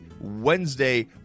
Wednesday